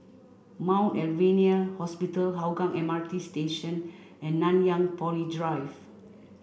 Mount Alvernia Hospital Hougang M R T Station and Nanyang Poly Drive